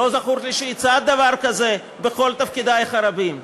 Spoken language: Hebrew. לא זכור לי שהצעת דבר כזה בכל תפקידייך הרבים.